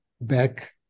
back